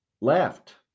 left